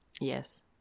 Yes